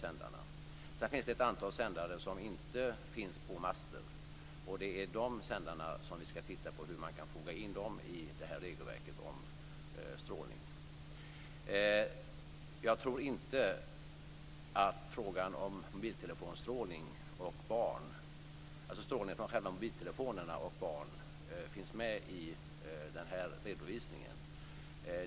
Det finns också ett antal sändare som inte sitter på master, och vi ska titta på hur man kan foga in dem i regelverket om strålning. Jag tror inte att frågan om barn och strålning från mobiltelefoner finns med i den här redovisningen.